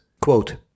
Quote